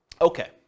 okay